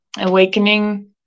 awakening